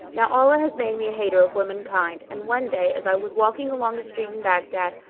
now allah had made me a hater of women kind and one day, as i was walking along a street in baghdad,